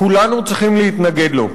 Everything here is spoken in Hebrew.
כולנו צריכים להתנגד לו.